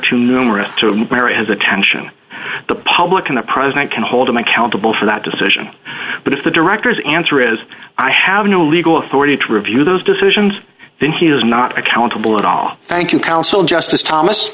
too numerous to repair and attention the public can the president can hold him accountable for that decision but if the director's answer is i have no legal authority to review those decisions then he is not accountable at all thank you counsel justice thomas